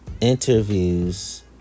interviews